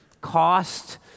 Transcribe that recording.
cost